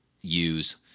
use